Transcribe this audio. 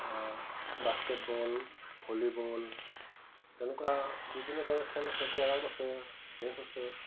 basketball volleyball তেনেকুৱা বিভিন্ন ধৰণৰ খেল আছে কেৰম আছে চেচ আছে